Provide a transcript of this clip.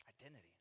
Identity